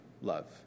love